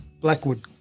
Blackwood